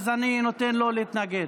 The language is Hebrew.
אז אני נותן לו להתנגד.